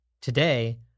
Today